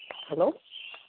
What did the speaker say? hello